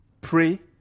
pray